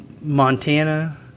Montana